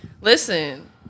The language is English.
Listen